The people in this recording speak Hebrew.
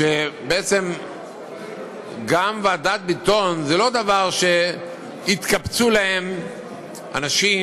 שבעצם גם ועדת ביטון אינה דבר שאליו התקבצו להם אנשים,